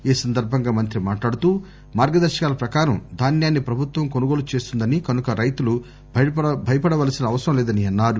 ఈ సందర్బంగా మంత్రి మాట్లాడుతూ మార్గదర్శకాల ప్రకారం ధాన్యాన్ని ప్రభుత్వం కొనుగోలు చేస్తుందని కనుక రైతులు భయపడవల్సిన అవసరం లేదని అన్నారు